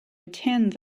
attend